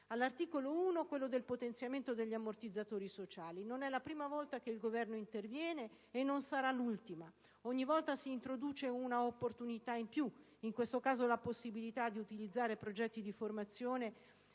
è trattato il tema del potenziamento degli ammortizzatori sociali. Non è la prima volta che il Governo interviene e non sarà l'ultima. Ogni volta si introduce un'opportunità in più: in questo caso, la possibilità di utilizzare progetti di formazione